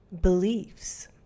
beliefs